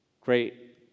great